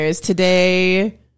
today